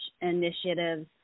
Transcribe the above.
initiatives